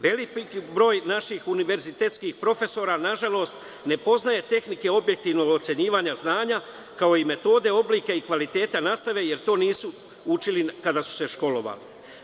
Veliki broj naših univerzitetskih profesora ne poznaje tehnike objektivnog ocenjivanja znanja, kao i metode, oblike i kvalitete nastave, jer to nisu učili kada su se školovali.